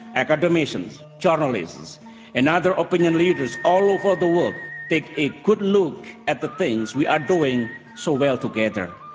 academicians, journalists and other opinion leaders all over the world take a good look at the things we are doing so well together.